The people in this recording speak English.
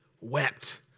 wept